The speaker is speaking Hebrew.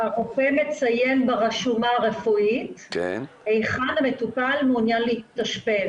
הרופא מציין ברשומה הרפואית היכן המטופל מעוניין להתאשפז.